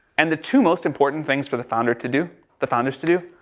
and, the two most important things for the founder to do, the founders to do.